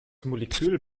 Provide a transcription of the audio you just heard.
molekül